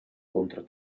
contro